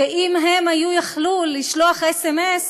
שאם הם יכלו לשלוח סמ"ס